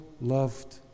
loved